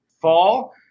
fall